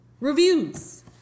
Reviews